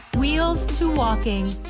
wheels two walking,